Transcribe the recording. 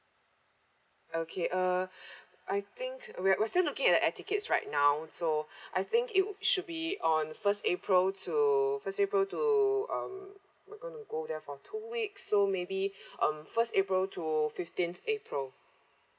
okay uh I think we're we're still looking at the air tickets right now so I think it should be on first april to first april to um we're gonna go there for two weeks so maybe um first april to fifteenth april